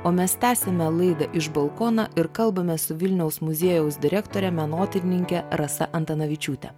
o mes tęsiame laidą iš balkono ir kalbame su vilniaus muziejaus direktore menotyrininkė rasa antanavičiūte